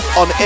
on